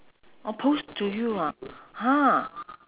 oh post to you ah ha